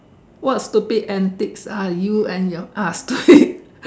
what stupid antics are you and your ah stupid